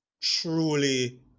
truly